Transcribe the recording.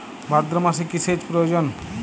ভাদ্রমাসে কি সেচ প্রয়োজন?